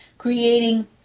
creating